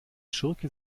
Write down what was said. schurke